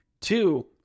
two